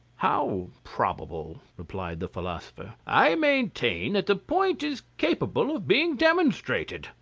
how, probable? replied the philosopher. i maintain that the point is capable of being demonstrated.